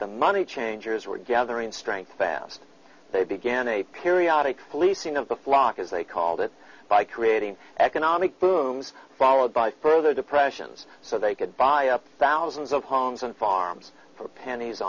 the money changers were gathering strength fast they began a periodic policing of the flock as they called it by creating economic booms followed by further depressions so they could buy up thousands of honks and farms for pennies